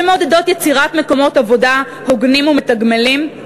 שמעודדות יצירת מקומות עבודה הוגנים ומתגמלים,